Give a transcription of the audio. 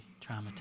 traumatized